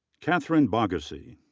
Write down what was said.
katherine bagosy.